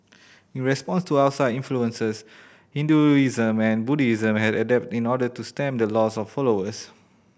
in response to outside influences Hinduism and Buddhism had to adapt in order to stem the loss of followers